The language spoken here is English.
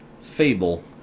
Fable